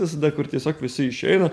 visada kur tiesiog visi išeina